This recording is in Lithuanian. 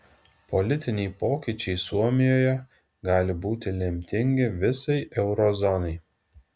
politiniai pokyčiai suomijoje gali būti lemtingi visai euro zonai